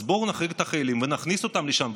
אז בואו נחריג את החיילים ונכניס אותם לשם.